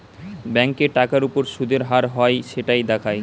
ব্যাংকে টাকার উপর শুদের হার হয় সেটাই দেখার